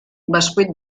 bescuit